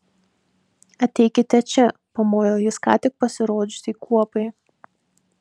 ateikite čia pamojo jis ką tik pasirodžiusiai kuopai